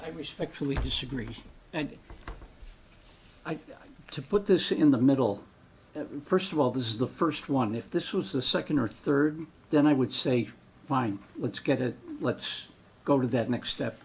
i respectfully disagree and to put this in the middle first of all this is the first one if this was the second or third then i would say fine let's get it let's go to that next step